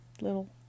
little